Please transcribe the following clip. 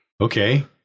okay